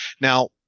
Now